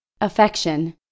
Affection